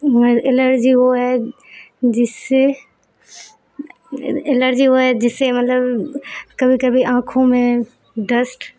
allergy وہ ہے جس سے الرجی وہ ہے جس سے مطلب کبھی کبھی آنکھوں میں ڈسٹ